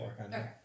Okay